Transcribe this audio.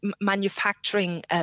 manufacturing